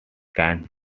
kind